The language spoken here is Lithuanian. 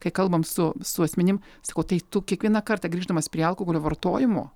kai kalbam su su asmenim sakau tai tu kiekvieną kartą grįždamas prie alkoholio vartojimo